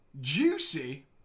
Juicy